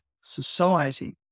society